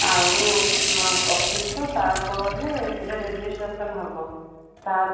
ଆଉ ପଚିଶି ଶହ ତାପରେ ସେଇଟା ରେଜିଷ୍ଟ୍ରେସନ୍ ହେବ ତାପରେ